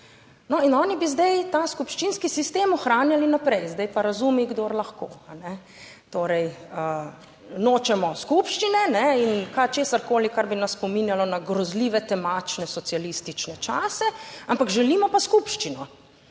in oni bi zdaj ta skupščinski sistem ohranjali naprej, zdaj pa razumi, kdor lahko. Torej, nočemo skupščine in česarkoli, kar bi nas spominjalo na grozljive, temačne socialistične čase, ampak želimo pa skupščino,